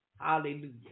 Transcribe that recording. Hallelujah